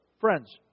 Friends